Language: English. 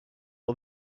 all